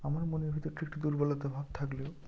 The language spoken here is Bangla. আমার মনের ভেতরটা একটু দুর্বলতা ভাব থাকলেও